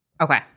Okay